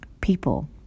people